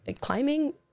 climbing